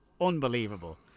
Unbelievable